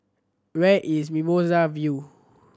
where is Mimosa View